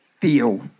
feel